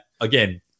again